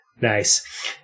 Nice